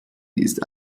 ist